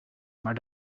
maar